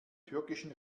türkischen